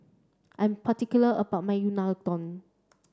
I'm particular about my Unadon